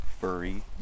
furry